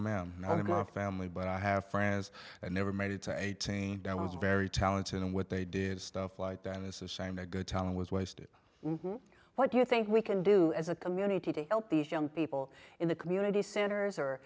ma'am none of my family but i have friends that never made it to eighteen that was very talented and what they did stuff like that and it's a shame that good time was wasted what do you think we can do as a community to help these young people in the community centers are